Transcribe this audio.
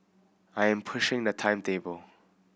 I am pushing the timetable